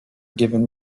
given